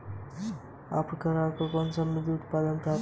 आप ग्राहकों को कौन से अन्य संबंधित उत्पाद प्रदान करते हैं?